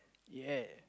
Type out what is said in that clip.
ya